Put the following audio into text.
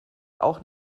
auch